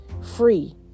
free